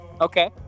Okay